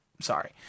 sorry